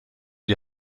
die